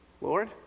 Lord